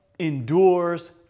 endures